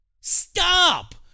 Stop